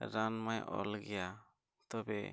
ᱨᱟᱱᱢᱟᱭ ᱚᱞ ᱜᱮᱭᱟ ᱛᱚᱵᱮ